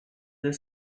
the